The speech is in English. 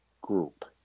group